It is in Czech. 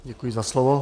Děkuji za slovo.